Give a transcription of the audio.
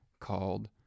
called